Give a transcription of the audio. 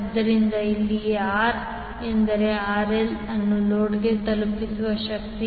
ಆದ್ದರಿಂದ ಇಲ್ಲಿ R ಎಂದರೆ RL ಅನ್ನು ಲೋಡ್ಗೆ ತಲುಪಿಸುವ ಶಕ್ತಿ